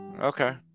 Okay